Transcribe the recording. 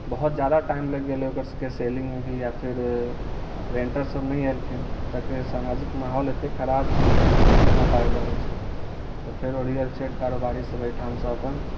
बहुत जादा टाइम लागि गेलै ओकर सभके सेलिंगमे भी या फिर रेंटर सभ नहि अयलखिन किएकि सामाजिक माहौल अत्तेक खराब छै नहि भऽ पाबि रहल छै तऽ फेर ओ रियल इस्टेट कारोबारी सभ एहिठाम से अपन